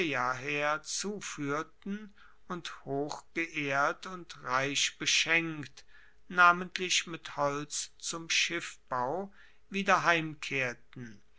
her zufuehrten und hochgeehrt und reich beschenkt namentlich mit holz zum schiffbau wieder heimkehrten